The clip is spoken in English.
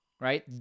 right